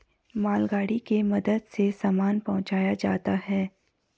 मालगाड़ी के मदद से सामान पहुंचाया जाता है